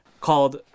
called